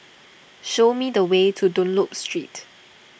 show me the way to Dunlop Street